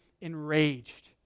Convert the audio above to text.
enraged